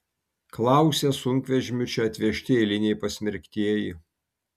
klausia sunkvežimiu čia atvežti eiliniai pasmerktieji